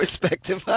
perspective